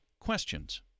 questions